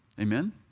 Amen